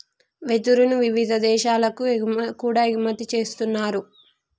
వెదురును వివిధ దేశాలకు కూడా ఎగుమతి చేస్తున్నారు